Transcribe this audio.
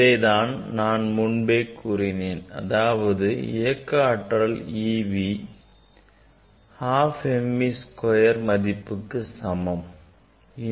இதை தான் நான் முன்பே கூறினேன் அதாவது இயக்க ஆற்றல் e v half m v square மதிப்புக்கு சமமாகும்